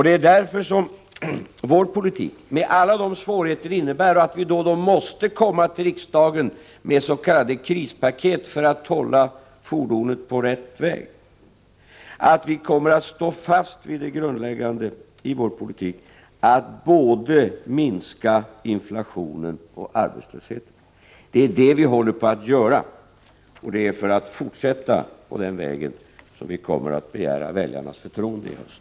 Det är därför som vi kommer att stå fast vid det grundläggande målet i vår politik: att minska både inflationen och arbetslösheten, även med de svårigheter det innebär och som gör att vi då och då måste återkomma till riksdagen med s.k. krispaket för att hålla fordonet på rätt väg. Det är för att fortsätta på den rätta vägen som vi kommer att begära väljarnas förtroende i höst.